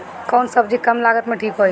कौन सबजी कम लागत मे ठिक होई?